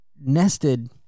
nested